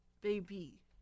Baby